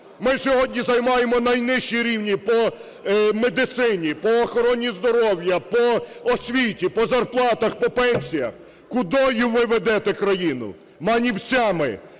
Ми сьогодні займаємо найнижчі рівні по медицині, по охороні здоров'я, по освіті, по зарплатах, по пенсіях. Кудою ви ведете країну?! Манівцями.